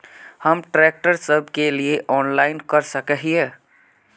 हम ट्रैक्टर सब के लिए ऑनलाइन कर सके हिये?